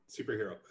superhero